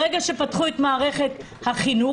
ברגע שפתחו את מערכת החינוך,